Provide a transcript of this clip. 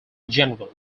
general